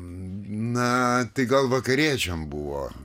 na tai gal vakariečiam buvo